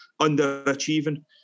underachieving